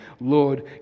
Lord